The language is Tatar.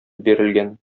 бирелгән